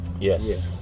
yes